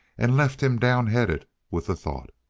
and left him downheaded with the thought.